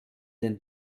den